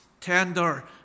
tender